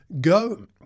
go